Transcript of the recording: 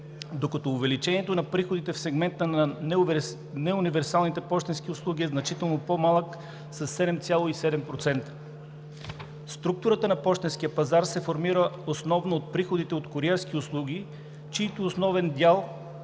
докато увеличението на приходите в сегмента на неуниверсалните пощенски услуги е значително по-малък със 7,7%. Структурата на пощенския пазар се формира основно от приходите от куриерски услуги, чийто основен дял